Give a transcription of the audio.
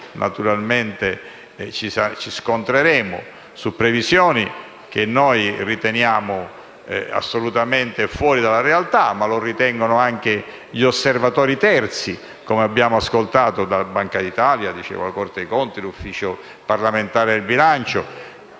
naturalmente, ci scontreremo su previsioni che noi riteniamo assolutamente fuori dalla realtà, come le ritengono anche gli osservatori terzi che abbiamo ascoltato: la Banca d'Italia, la Corte dei conti e l'Ufficio parlamentare di bilancio.